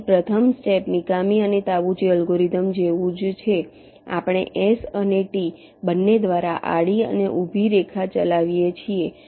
તેથી પ્રથમ step Mikami અને તાબુચી અલ્ગોરિધમ જેવું જ છે આપણે S અને T બંને દ્વારા આડી અને ઊભી રેખા ચલાવીએ છીએ